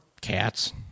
cats